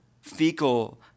fecal-